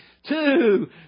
Two